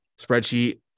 spreadsheet